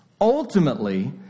Ultimately